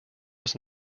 was